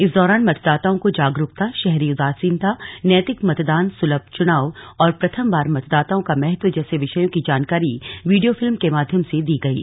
इस दौरान मतदाताओं को जागरूकता शहरी उदासीनता नैतिक मतदान सुलभ चुनाव और प्रथम बार मतदाताओं का महत्व जैसे विषयों कि जानकारी वीडियो फिल्म के माध्यम से दी गयी